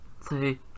say